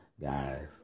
guys